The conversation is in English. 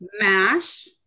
MASH